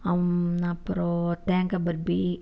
அம் அப்புறம் தேங்காய் பர்ஃபி